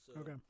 Okay